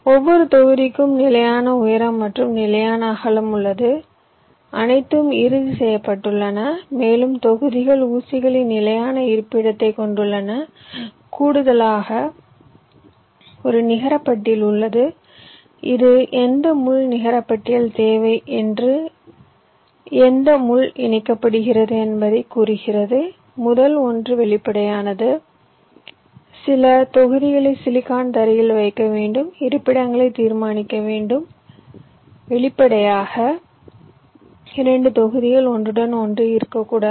ஒவ்வொரு தொகுதிக்கும் நிலையான உயரம் மற்றும் நிலையான அகலம் உள்ளது அனைத்தும் இறுதி செய்யப்பட்டுள்ளன மேலும் தொகுதிகள் ஊசிகளின் நிலையான இருப்பிடத்தைக் கொண்டுள்ளன கூடுதலாக ஒரு நிகர பட்டியல் உள்ளது இது எந்த முள் நிகர பட்டியல் தேவை என்று எந்த முள் இணைக்கப்படுகிறது என்பதைக் கூறுகிறது முதல் ஒன்று வெளிப்படையானது சில தொகுதிகளை சிலிக்கான் தரையில் வைக்க வேண்டும் இருப்பிடங்களைத் தீர்மானிக்க வேண்டும் வெளிப்படையாக 2 தொகுதிகள் ஒன்றுடன் ஒன்று இருக்கக்கூடாது